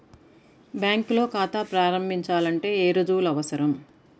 బ్యాంకులో ఖాతా ప్రారంభించాలంటే ఏ రుజువులు అవసరం?